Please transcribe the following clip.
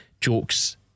jokes